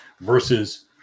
versus